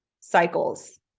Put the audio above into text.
cycles